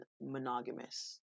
monogamous